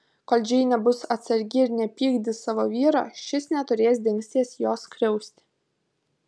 kol džeinė bus atsargi ir nepykdys savo vyro šis neturės dingsties jos skriausti